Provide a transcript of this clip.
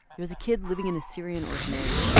he was a kid living in a syrian orphanage.